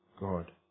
God